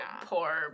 poor